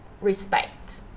respect